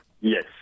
Yes